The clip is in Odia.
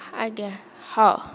ଆଜ୍ଞା ହେଉ